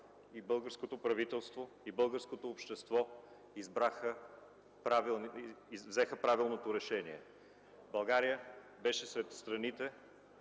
българското правителство и българското общество тогава взеха правилното решение – България беше сред страните,